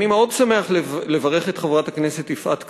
אני מאוד שמח לברך את חברת הכנסת יפעת קריב,